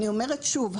אני אומרת שוב,